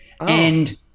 And-